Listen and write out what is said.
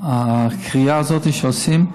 הכרייה הזאת שעושים,